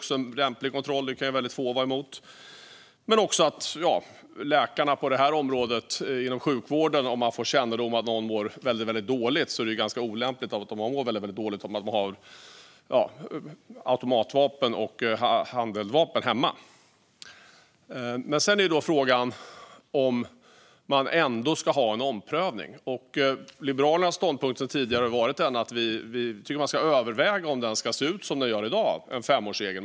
Sedan ska läkare inom sjukvården om de får kännedom om att någon mår dåligt agera. Det är olämpligt att må dåligt och ha automatvapen och handeldvapen hemma. Sedan är frågan om det ändå ska finnas en omprövning. Liberalernas tidigare ståndpunkt har varit att vi ska överväga om omprövningen ska se ut som den gör i dag, det vill säga en femårsregel.